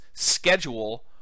schedule